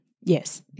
Yes